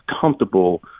comfortable